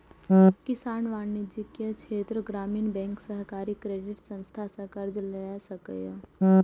किसान वाणिज्यिक, क्षेत्रीय ग्रामीण बैंक, सहकारी क्रेडिट संस्थान सं कर्ज लए सकैए